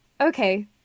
okay